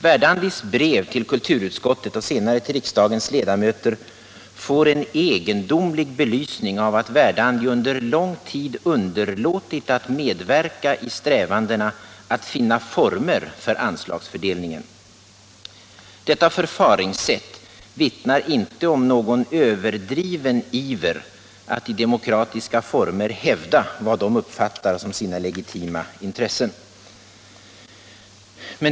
Verdandis brev till kulturutskottet och senare till riksdagens ledamöter får en egendomlig belysning av att Verdandi under lång tid underlåtit att medverka i strävandena att finna former för anslagsfördelningen. Detta förfaringssätt vittnar inte om någon stor iver från Verdandis sida att i demokratiska former hävda vad de uppfattar som sina legitima intressen.